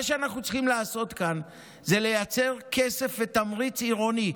מה שאנחנו צריכים לעשות כאן הוא לייצר כסף ותמריץ עירוני,